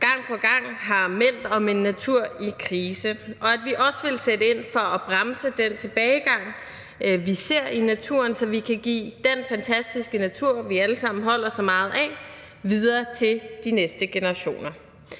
gang på gang har meldt om en natur i krise, og at vi også ville sætte ind for at bremse den tilbagegang, vi ser i naturen, så vi kan give den fantastiske natur, vi alle sammen holder så meget af, videre til de næste generationer.